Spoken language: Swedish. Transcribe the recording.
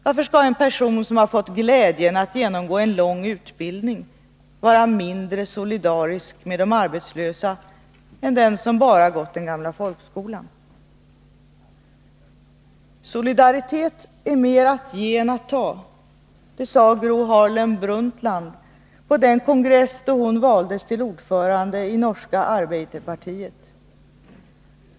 Varför skall en person som har fått glädjen att genomgå en lång utbildning vara mindre solidarisk med de arbetslösa än den som bara gått i den gamla folkskolan? Solidaritet är mer att ge än att ta, sade Gro Harlem Brundtland på den kongress då hon valdes till ordförande i det norska arbeiderpartiet.